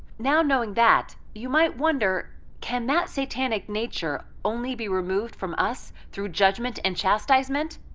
now knowing that you might wonder can that satanic nature only be removed from us through judgment and chastisement?